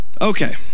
Okay